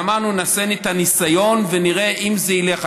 אמרנו, נעשה ניסיון ונראה אם זה ילך.